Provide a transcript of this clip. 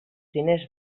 diners